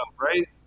right